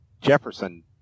Jefferson